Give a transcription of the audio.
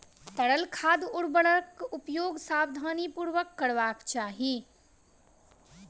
तरल खाद उर्वरकक उपयोग सावधानीपूर्वक करबाक चाही